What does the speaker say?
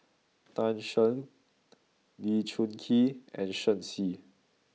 Tan Shen Lee Choon Kee and Shen Xi